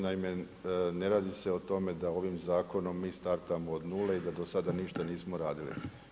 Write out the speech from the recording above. Naime, ne radi se o tome da ovim zakonom mi startamo od nule i da do sada ništa nismo radili.